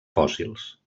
fòssils